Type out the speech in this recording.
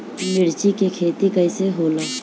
मिर्च के खेती कईसे होला?